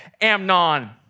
Amnon